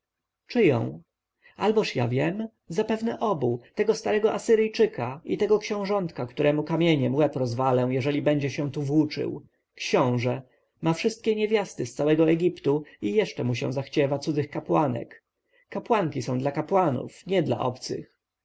kochanką czyją alboż ja wiem zapewne obu tego starego asyryjczyka i tego książątka któremu kamieniem łeb rozwalę jeżeli będzie się tu włóczył książę ma wszystkie niewiasty z całego egiptu i jeszcze mu się zachciewa cudzych kapłanek kapłanki są dla kapłanów nie dla obcych